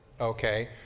Okay